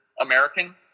American